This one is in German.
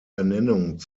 ernennung